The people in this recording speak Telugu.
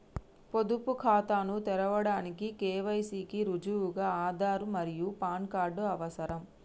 పొదుపు ఖాతాను తెరవడానికి కే.వై.సి కి రుజువుగా ఆధార్ మరియు పాన్ కార్డ్ అవసరం